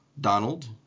Donald